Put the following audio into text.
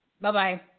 bye-bye